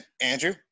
Andrew